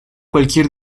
cualquier